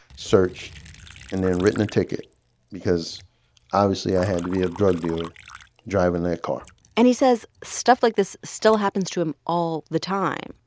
searched and then written a ticket because obviously i had to be a drug dealer driving that car and he says stuff like this still happens to him all the time.